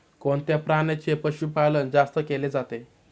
कोणत्या प्राण्याचे पशुपालन जास्त केले जाते?